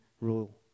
rule